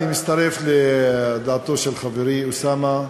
אני מצטרף לדעתו של חברי אוסאמה.